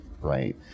right